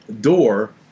door